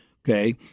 Okay